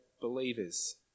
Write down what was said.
believers